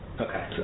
Okay